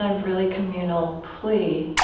and really communal plea,